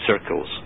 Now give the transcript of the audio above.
circles